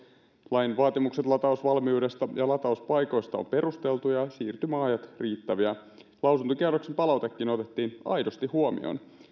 lain vaatimukset latausvalmiudesta ja latauspaikoista ovat perusteltuja ja siirtymäajat riittäviä lausuntokierroksen palautekin otettiin aidosti huomioon